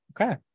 Okay